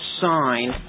sign